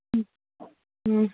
ꯎꯝ ꯎꯝ